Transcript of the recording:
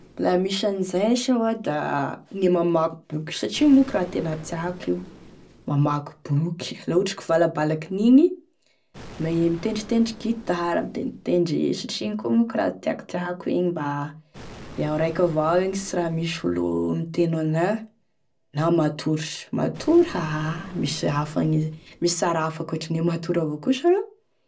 La misy an'izay sa hoa da e mamaky boky, satria io manko raha tena tiako io, mamaky boky, la ohatry valabalaky iny magne mitendrintendry guitare mitendrintendry, satria igny koa moko raha ko tiako tiako igny mba iaho raiky avao egny tsy raha misy olo miteno ana, na matory se, matory ah misy raha hafane misy sara hafa ankoatrane matory avao koa sa rô.